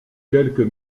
quelques